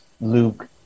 Luke